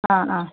ആ ആ